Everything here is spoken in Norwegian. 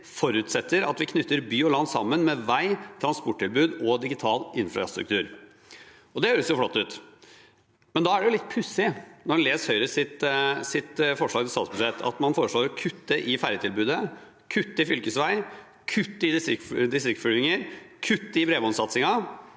forutsetter at vi knytter by og land sammen med vei, transporttilbud og digital infrastruktur. Det høres jo flott ut, men da er det litt pussig, når en leser Høyres forslag til statsbudsjett, at en foreslår å kutte i ferjetilbudet, kutte i fylkesveier, kutte i distriktsflygninger, kutte i bredbåndssatsingen